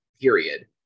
period